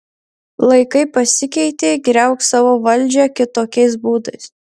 laikai pasikeitė griauk savo valdžią kitokiais būdais